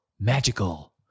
magical